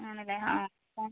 ആണല്ലേ ആ ഓ